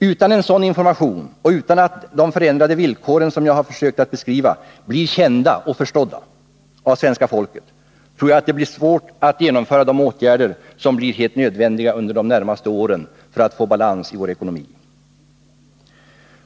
Utan en sådan information och utan att de förändrade villkor som jag har försökt att beskriva blir kända och förstådda av svenska folket tror jag det blir mycket svårt att genomföra de åtgärder som blir helt nödvändiga under de närmaste åren för att vi skall få balans i vår ekonomi.